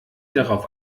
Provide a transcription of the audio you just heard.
darauf